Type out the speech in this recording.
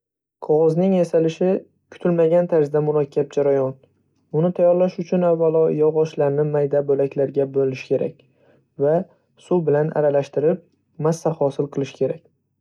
Qog‘ozning yasalishi kutilmagan tarzda murakkab jarayon. Uni tayyorlash uchun avvalo yog'ochlar mayda bo‘laklarga bo‘lish kerak va suv bilan aralashtirib, massa hosil qilish kerak.